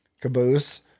Caboose